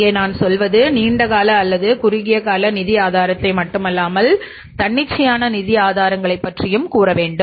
இங்கே நாம் சொல்வது நீண்டகால அல்லது குறுகிய கால நிதி ஆதாரத்தை மட்டும் அல்லாமல் தன்னிச்சையான நிதி ஆதாரங்களைப் பற்றியும் கூற வேண்டும்